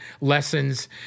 lessons